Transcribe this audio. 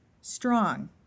strong